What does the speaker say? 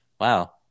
wow